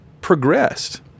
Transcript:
progressed